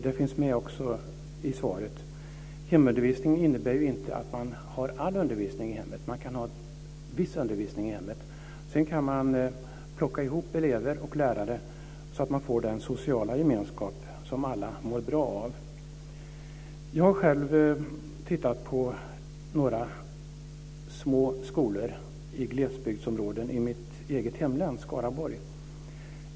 Det finns också med i svaret. Hemundervisning innebär ju inte att man har all undervisning i hemmet. Man kan ha viss undervisning i hemmet. Sedan kan man plocka ihop elever och lärare så att man får den sociala gemenskap som alla mår bra av. Jag har själv tittat på några små skolor i glesbygdsområden i mitt eget hemlän, i Skaraborg.